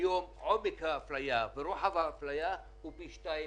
היום עומק האפליה ורוחב האפליה הוא פי שניים